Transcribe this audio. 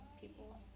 people